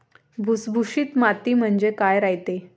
भुसभुशीत माती म्हणजे काय रायते?